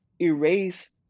erase